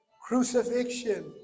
crucifixion